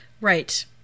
Right